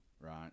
right